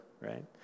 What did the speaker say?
right